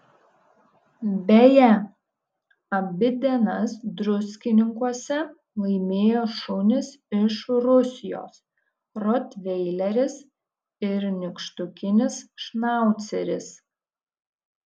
beje abi dienas druskininkuose laimėjo šunys iš rusijos rotveileris ir nykštukinis šnauceris